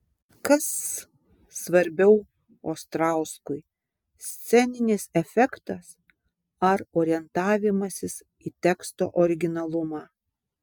kas svarbiau ostrauskui sceninis efektas ar orientavimasis į teksto originalumą